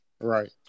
Right